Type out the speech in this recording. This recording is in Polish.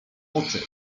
oczy